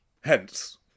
Hence